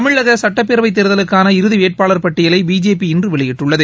தமிழக சட்டப் பேரவைத் தேர்தலுக்னன இறதி வேட்பாளர் பட்டியலை பிஜேபி இன்று வெளியிட்டுள்ளது